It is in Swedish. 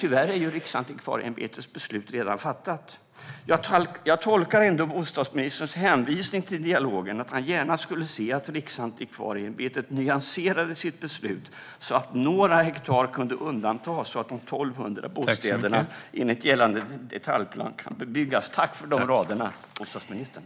Tyvärr är Riksantikvarieämbetets beslut redan fattat. Jag tolkar ändå bostadsministerns hänvisning till dialogen som att han gärna skulle se att Riksantikvarieämbetet nyanserar sitt beslut så att några hektar kan undantas och de 1 200 bostäderna byggas enligt gällande detaljplan. Tack för de orden, bostadsministern!